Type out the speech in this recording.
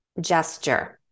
gesture